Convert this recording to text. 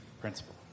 principle